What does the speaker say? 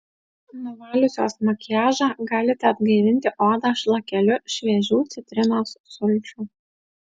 nuvaliusios makiažą galite atgaivinti odą šlakeliu šviežių citrinos sulčių